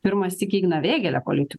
pirmąsyk igną vėgėlę politikų